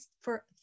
for-